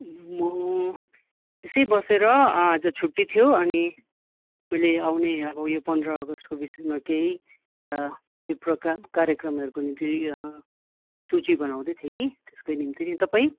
म यसै बसेर आज छुट्टी थियो अनि आउने मैले अब पन्ध्र अगस्टको विषयमा केही प्रोग्राम कार्यक्रमहरूको निम्ति सूची बनाउँदै थिएँ कि त्यसकै निम्ति अनि तपाईँ